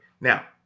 Now